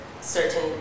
certain